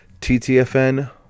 ttfn